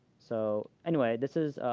so anyway, this is